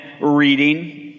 reading